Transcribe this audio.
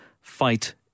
fight